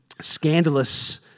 scandalous